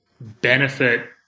benefit